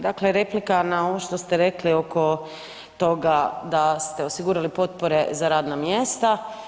Dakle replika na ovo što ste rekli oko toga da ste osigurali potpore za radna mjesta.